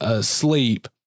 sleep